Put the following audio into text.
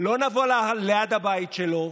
לא נבוא ליד הבית שלו,